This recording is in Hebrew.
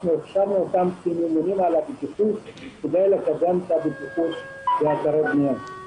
הכשרנו אותם כממונים על הבטיחות כדי לקדם את הבטיחות באתרי בנייה.